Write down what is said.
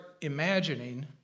imagining